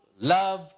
love